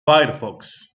firefox